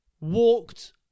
...walked